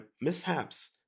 mishaps